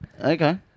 okay